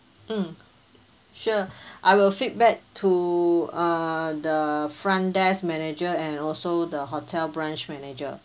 mm sure I will feedback to uh the front desk manager and also the hotel branch manager